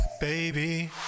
baby